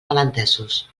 malentesos